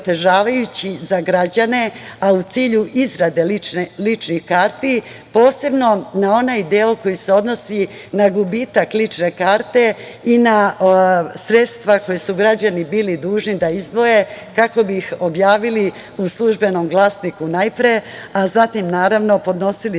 za građane, a u cilju izrade ličnih karata, posebno na onaj deo koji se odnosi na gubitak lične karte i na sredstva koja su građani bili dužni da izdvoje kako bi ih objavili u „Službenom glasniku“ najpre, a zatim, naravno, podnosili